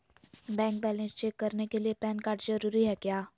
Bank balance check करने के लिए पैन कार्ड जरूरी है क्या?